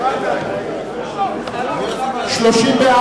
בעד, 30,